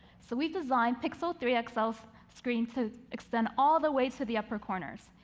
so we've designed pixel three xl's screen to extend all the way to the upper corners,